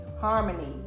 harmony